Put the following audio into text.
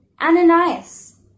Ananias